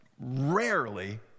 rarely